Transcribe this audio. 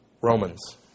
Romans